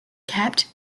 kept